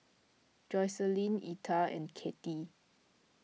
Jocelyne Etta and Kittie